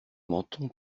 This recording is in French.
menton